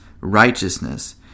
righteousness